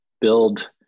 build